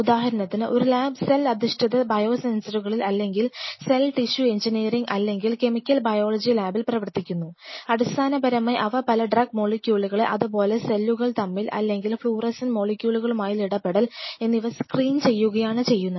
ഉദാഹരണത്തിന് ഒരു lab cell അധിഷ്ഠിത ബയോസെൻസറുകളിൽ അല്ലെങ്കിൽ സെൽ ടിഷ്യു എഞ്ചിനീയറിംഗ് അല്ലെങ്കിൽ കെമിക്കൽ ബയോളജി ലാബിൽ പ്രവർത്തിക്കുന്നു അടിസ്ഥാനപരമായി അവ പല ഡ്രഗ് മോളിക്യൂളുകളെ അതുപോലെ സെല്ലുകൾ തമ്മിൽ അല്ലെങ്കിൽ ഫ്ലുറെസെൻറ് മോളിക്യൂളുകളുമായുള്ള ഇടപെടൽ എന്നിവ സ്ക്രീൻ ചെയ്യുകയാണ് ചെയ്യുന്നത്